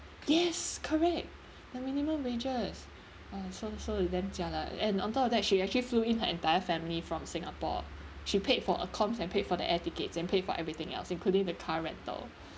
yes correct the minimum wages !wah! so so damn jialat and on top of that she actually flew in her entire family from singapore she paid for accoms and paid for the air tickets and pay for everything else including the car rental